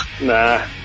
Nah